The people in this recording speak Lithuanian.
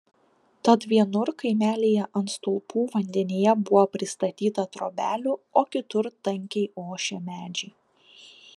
tad vienur kaimelyje ant stulpų vandenyje buvo pristatyta trobelių o kitur tankiai ošė medžiai